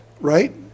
right